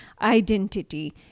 identity